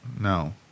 No